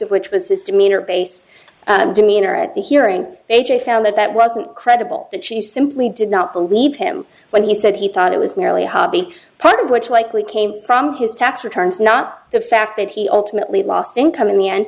of which was his demeanor base and demeanor at the hearing a j found that that wasn't credible that she simply did not believe him when he said he thought it was merely a hobby part of which likely came from his tax returns not the fact that he ultimately lost income in the end